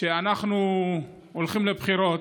אנחנו הולכים לבחירות,